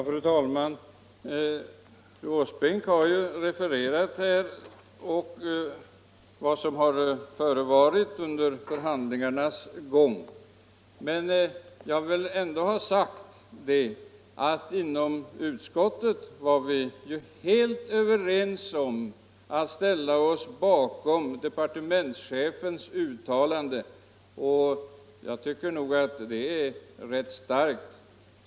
Fru talman! Fru Åsbrink har ju här refererat vad som har förevarit under förhandlingarnas gång, men jag vill ändå säga att vi inom utskottet har varit helt överens om att ställa oss bakom departementschefens uttalande, som jag nog tycker är rätt starkt.